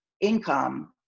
income